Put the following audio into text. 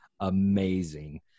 amazing